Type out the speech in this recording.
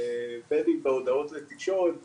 בין אם בהודעות לתקשורת,